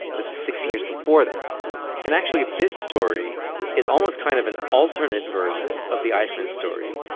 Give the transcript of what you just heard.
this was six years before that and actually, this story is almost kind of an alternate version of the eichmann story,